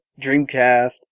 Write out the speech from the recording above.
Dreamcast